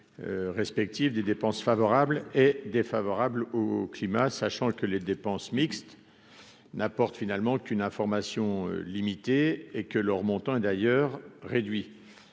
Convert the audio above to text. respective des dépenses favorables et défavorables au climat, sachant que les dépenses mixtes n'apporte finalement qu'une information limitée et que leur montant d'ailleurs réduit,